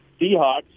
Seahawks